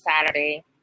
Saturday